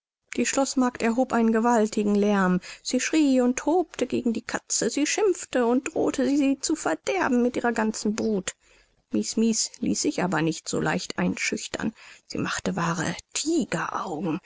die schloßmagd erhob einen gewaltigen lärm sie schrie und tobte gegen die katze sie schimpfte und drohte sie zu verderben mit ihrer ganzen brut mies mies ließ sich aber nicht so leicht einschüchtern sie machte wahre